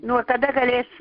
nuo kada galės